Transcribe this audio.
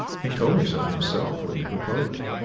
he told me so himself when he proposed.